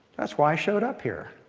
that's why i showed up here.